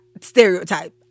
stereotype